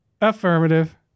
affirmative